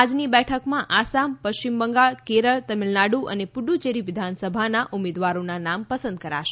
આજની બેઠકમાં આસામ પશ્ચિમ બંગાળ કેરળ તમિલનાડુ અને પુફ્યેરી વિધાનસભાના ઉમેદવારોના નામ પસંદ કરાશે